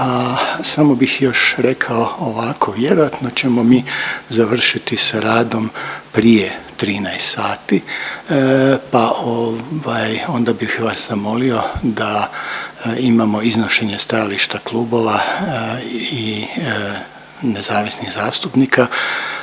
samo bih još rekao ovako, vjerojatno ćemo mi završiti sa radom prije 13 sati, pa ovaj onda bih vas zamolio da imamo iznošenje stajališta klubova i nezavisnih zastupnika